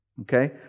Okay